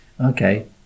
okay